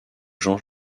jean